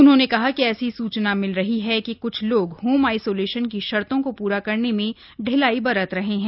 उन्होंने कहा कि ऐसी सूचना मिल रही है कि क्छ लोग होम आइसोलेशन की शर्तों को पूरा करने में ढिलाई बरत रहे हैं